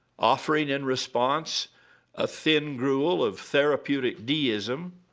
offering in response a thin gruel of therapeutic deism,